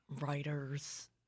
writers